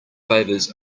favours